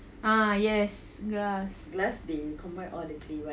ah yes glass